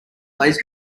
plays